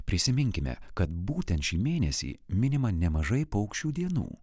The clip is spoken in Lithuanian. prisiminkime kad būtent šį mėnesį minima nemažai paukščių dienų